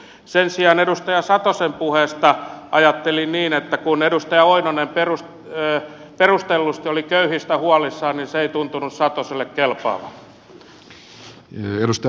sen sijaan edustaja satosen puheesta ajattelin niin että kun edustaja oinonen perustellusti oli köyhistä huolissaan niin se ei tuntunut satoselle kelpaavan